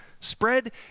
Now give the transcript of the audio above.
spread